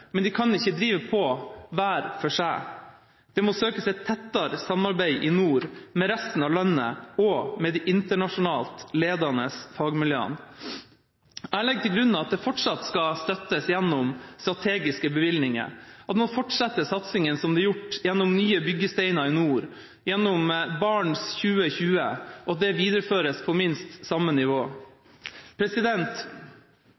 men de kan ikke drive på hver for seg. Det må søkes et tettere samarbeid i nord, med resten av landet og med de internasjonalt ledende fagmiljøene. Jeg legger til grunn at det fortsatt skal støttes gjennom strategiske bevilgninger, at man fortsetter satsinga som det er gjort, gjennom nye byggesteiner i nord, gjennom Barents 2020, og at det videreføres på minst samme